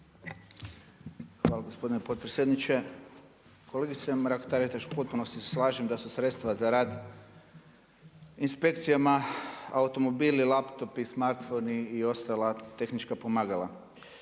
Hvala gospodine potpredsjedniče. Kolegice Mrak-Taritaš u potpunosti se slažem da su sredstva za rad inspekcijama automobili, laptopi, smartfoni i ostala tehnička pomagala.